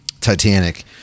Titanic